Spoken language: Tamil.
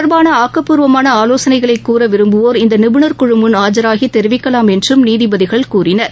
தொடர்பானஆக்கப்பூர்வமானஆலோசனைகளை கூற விரும்புவோர் இந்தநிபுணர்குழழழன் இது ஆஜராகிதெரிவிக்கலாம் என்றும் நீதிபதிகள் கூறினர்